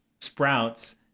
sprouts